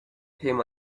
him